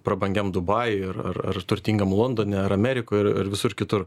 prabangiam dubajuj ar ar turtingam londone ar amerikoj ar visur kitur